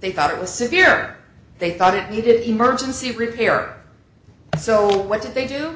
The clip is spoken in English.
they thought it was severe they thought it needed emergency repair so what did they do